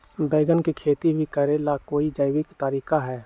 बैंगन के खेती भी करे ला का कोई जैविक तरीका है?